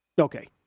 Okay